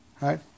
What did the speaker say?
Right